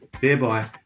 Thereby